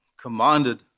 commanded